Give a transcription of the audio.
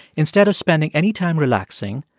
instead of spending any time relaxing,